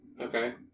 Okay